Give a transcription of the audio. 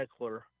Eckler